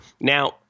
Now